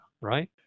right